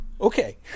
Okay